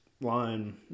line